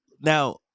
now